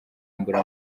mbura